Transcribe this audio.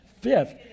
Fifth